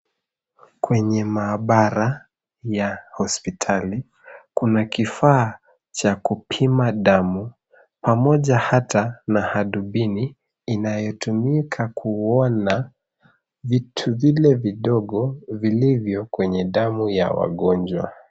Kwenye maabara ya hospitali, kuna kifaa cha kupima damu pamoja na hata hadubini inayotumika kuona vitu vile vidogo vilivyo kwenye damu ya wagonjwa.